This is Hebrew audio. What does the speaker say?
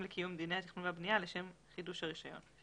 לקיום דיני התכנון והבנייה לשם חידוש הרישיון.